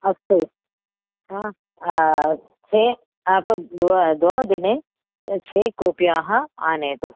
अस्तु अ छे आपद्वा द्वदिने छे कोप्याः आनयतु